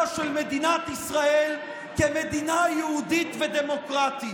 של מדינת ישראל כמדינה יהודית ודמוקרטית,